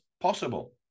possible